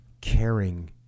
caring